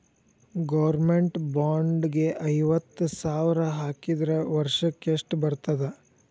Government bond ಗೆ ಐವತ್ತ ಸಾವ್ರ್ ಹಾಕಿದ್ರ ವರ್ಷಕ್ಕೆಷ್ಟ್ ಬರ್ತದ?